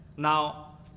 Now